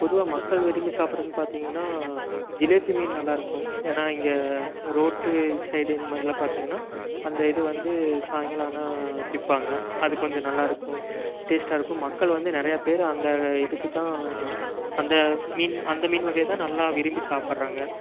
பொதுவாக மக்கள் விரும்பி சாப்பிடுறதுனு பார்த்திங்கன்னா ஜிலேபி மீன் நல்லாயிருக்கும் ஏன்னால் இங்கே ரோட்டு சைட் மாதிரிலாம் பார்த்திங்கனா அந்த இது வந்து சாயங்காலம் ஆனால் விற்பாங்க அது கொஞ்சம் நல்லாயிருக்கும் டேஸ்டாயிருக்கும் மக்கள் வந்து நிறையா பேர் அந்த இதுக்கு தான் அந்த மீன் அந்த மீன் வகையை தான் நல்லா விரும்பி சாப்பிடறாங்க